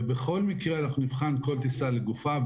ובכל מקרה אנחנו נבחן כל טיסה לגופה,